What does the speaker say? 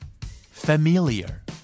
Familiar